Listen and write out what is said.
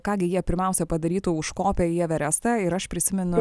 ką gi jie pirmiausia padarytų užkopę į everestą ir aš prisiminu